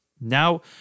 Now